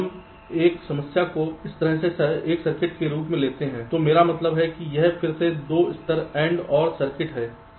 हम एक समस्या को इस तरह एक सर्किट के रूप में लेते हैं तो मेरा मतलब है कि यह फिर से 2 स्तर AND OR सर्किट है